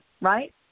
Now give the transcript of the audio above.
right